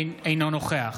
אינו נוכח